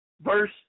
Verse